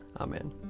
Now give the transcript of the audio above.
Amen